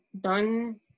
done